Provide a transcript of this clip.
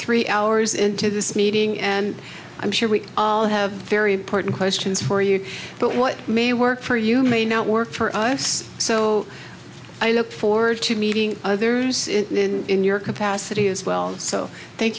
three hours into this meeting and i'm sure we all have very important questions for you but what may work for you may not work for us so i look forward to meeting others in your capacity as well so thank